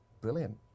brilliant